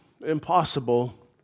impossible